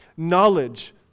Knowledge